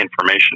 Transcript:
information